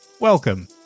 Welcome